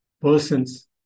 persons